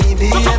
baby